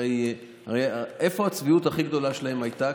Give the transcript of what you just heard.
הרי איפה הצביעות הכי גדולה שלהם הייתה?